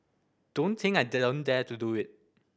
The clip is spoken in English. don't think I didn't dare to do it